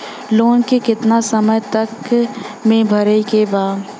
Loan के कितना समय तक मे भरे के बा?